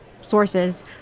sources